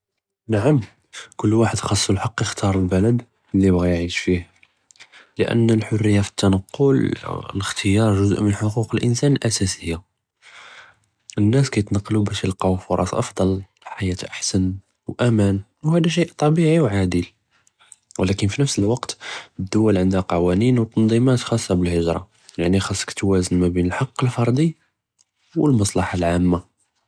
נעמ כל ואחד חאס אלחק יכתאר ל־אלבלד לי ע׳בא יעיש פיה, לאן אלחריה פי אלתנקל אה אלאכתיאר גזء מן חקוק אלאנסאן אלאסאסיה, א־נאס כיתנקלו באש ילקאו פרצ׳ אפדל, חיאה אחסן, ו אמאן ו ה־דא שי טבעי ו עאדל, ו אבלאכן פי נפס אלוקת א־דואל ענדהא קואנין ו תנזימאת חאסה ב־אלהג׳רה, יעני חאסכ תואזן מא בין אלחק אלפרדי ו אלמסלחא אלעאמה.